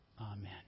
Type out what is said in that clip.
Amen